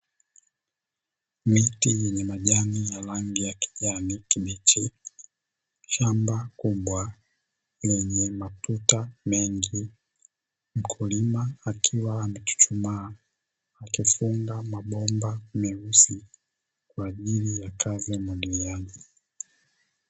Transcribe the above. Miti yenye majani ya rangi ya kijani kibichi, shamba kubwa lenye matuta mengi, mkulima akiwa amechuchumaa akifunga mabomba meusi kwa ajili ya kazi ya umwagiliaji.